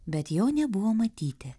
bet jo nebuvo matyti